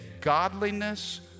godliness